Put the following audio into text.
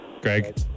Greg